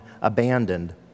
abandoned